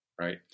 Right